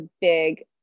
big